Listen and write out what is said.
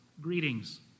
greetings